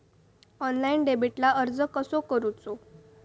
Online डेबिटला अर्ज कसो करूचो?